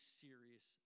serious